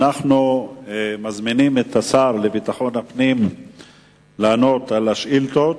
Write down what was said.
אנחנו מזמינים את השר לביטחון פנים לענות על השאילתות.